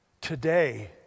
today